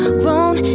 grown